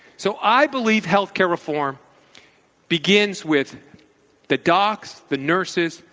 so i believe health care reform begins with the docs, the nurses,